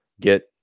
get